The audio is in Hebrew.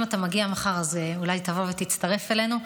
אם אתה מגיע מחר, אז אולי תבוא ותצטרף אלינו.